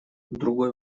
другой